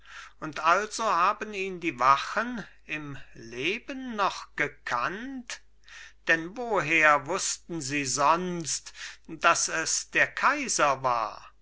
und also haben ihn die wachen im leben noch gekannt denn woher wußten sie sonst daß es der kaiser war